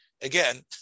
again